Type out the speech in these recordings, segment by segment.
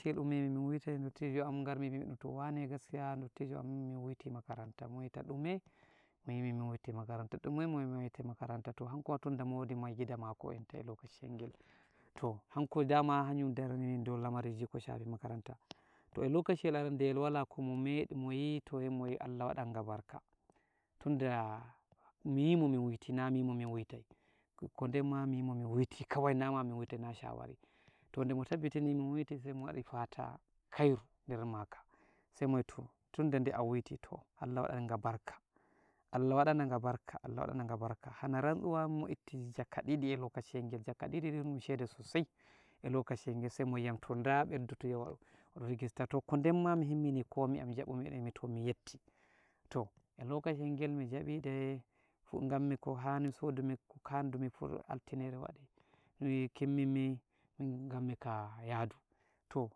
ciyel ummimi mi witai, dottijo am ngarmi, bimiɗum to wane, gaskiya dottijo am mi witi makaranta, mowi ta ɗume, bimi mi witi makaranta, ɗume, bimi mi witi makaranta, to hankoma tunda mo wodi maigida mako enta e lokashiyel ngel, toh hanko dama hanun daraniyam dou lamariji ko shafi makaranta, toh e lokashiyel arandeyel wala komo meɗi, moyi toh Allah waɗan nga barka, tunda mi wimo mi witi, na mi wimo mi witai, toh kodemma mimo mi witi kawai nama mi witai na shawari, toh demo tabbitini mi witi, toh sai mo waɗi fata khairu der maka, sai mo wi'i tunda to a witi, toh Allah waɗana nga barka, Allah waɗana nga barka, Allah wadana nga barka, hana rantsuwa o itti jaka ɗiɗi e lokashiyel ngel, jaka ɗiɗi ɗum, ɗum shede sosai e lokashiyel ngel, sai mo wiyam da yau ɓeddutu wadu rijista, toh ko demma mi himmini komi am, njabumi bimi toh miyetti, toh e lokashiyel ngel mi jaɓiɗe ngammi ko hani, sodumi ko kandumi fuh, altinere waɗi, kimmimmi, ɗun ngammika yadu. Toh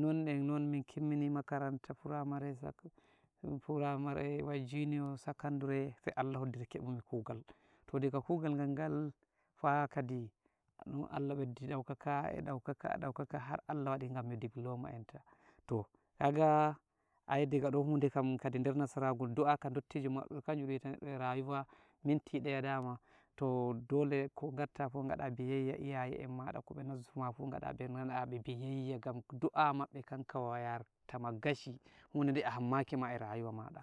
enon, enon, min kimmini makaranta framari, sakan framari wai jiniyo, sakandure, sai Allah hoddiri kemmi kugal, toh diga kugal ngan-ngal, fah kadi, Allah ɓeddi daukaka, e ɗaukaka, ɗaukaka, har Allah waɗi ngammi diploma enta, toh kaga, ayi dagaɗo hounde kam der nasaragu e do'a ka dottijo mauɗu hanjum ɗun wita e rayuwa, minti ɗaya dama, toh dole ko ngatta fuh ngaɗa biyeyya iyaye en maɗa, ko be nazzuma fuh ngaɗa, ngaɗanaɓe biyeyya, gam do'a mabbe kan, kanka yara tama gashi, hude de a hammaki ma e rayuwa maɗa.